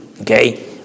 okay